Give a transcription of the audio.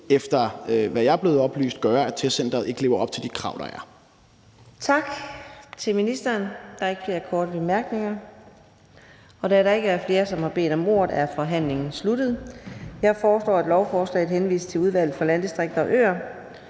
efter hvad jeg er blevet oplyst, gøre, at testcenteret ikke lever op til de krav, der er. Kl. 19:48 Fjerde næstformand (Karina Adsbøl): Tak til ministeren. Der er ikke flere korte bemærkninger. Da der ikke er flere, som har bedt om ordet, er forhandlingen sluttet. Jeg foreslår, at lovforslaget henvises til Udvalget for Landdistrikter og Øer.